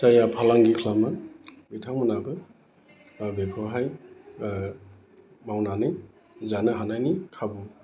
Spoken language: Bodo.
जायहा फालांगि खालामगोन बिथांमोनाबो दा बेखौहाय मावनानै जानो हानायनि खाबुआ